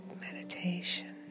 meditation